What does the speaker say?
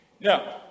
Now